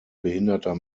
behinderter